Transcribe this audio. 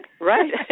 Right